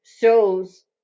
shows